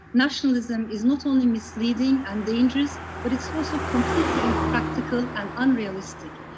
nationalism is not only misleading and dangerous, but it's also completely impractical and unrealistic.